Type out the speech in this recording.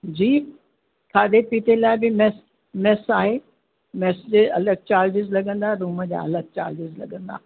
जी खाधे पीते लाइ बि मेस मेस आहे मेस जे अलॻि चार्जिस लॻंदा रूम जा अलॻि चार्जिस लॻंदा